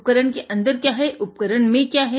उपकरण के अंदर क्या है उपकरण में क्या है